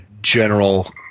general